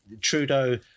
Trudeau